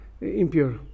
impure